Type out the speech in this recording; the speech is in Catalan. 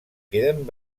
queden